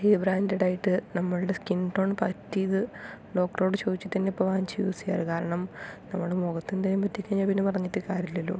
high branded ആയിട്ട് നമ്മളുടെ skin ടോണിന് പറ്റിയത് ഡോക്ടറോട് ചോദിച്ചിട്ട് തന്നെ ഇപ്പോൾ വാങ്ങിച്ച് യൂസ് ചെയ്യാറ് കാരണം നമ്മുടെ മുഖത്ത് എന്തെങ്കിലും പറ്റിക്കഴിഞ്ഞാൽ പിന്നെ പറഞ്ഞിട്ട് കാര്യമില്ലല്ലോ